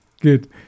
good